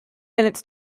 minutes